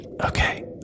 Okay